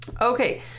Okay